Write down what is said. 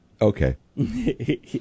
Okay